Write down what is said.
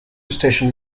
station